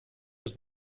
was